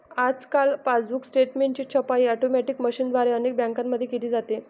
आजकाल पासबुक स्टेटमेंटची छपाई ऑटोमॅटिक मशीनद्वारे अनेक बँकांमध्ये केली जाते